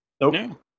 Nope